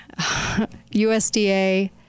USDA